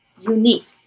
unique